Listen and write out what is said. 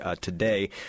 today